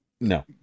No